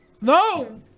No